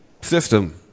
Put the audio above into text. system